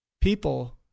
people